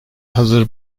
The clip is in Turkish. hazır